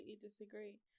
disagree